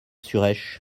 suresh